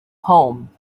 home